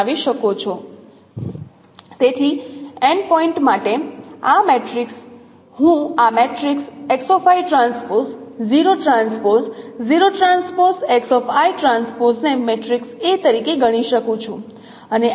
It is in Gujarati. તેથી n પોઇન્ટ માટે આ મેટ્રિક્સ હું આ મેટ્રિક્સ ને મેટ્રિક્સ A તરીકે ગણી શકું છું અને આ મેટ્રિક્સ A કહે છે